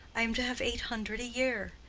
i am to have eight hundred a year.